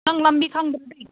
ꯅꯪ ꯂꯝꯕꯤ ꯈꯪꯗ꯭ꯔꯗꯤ